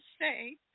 say